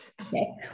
Okay